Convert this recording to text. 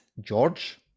George